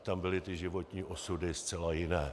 Tam byly životní osudy zcela jiné.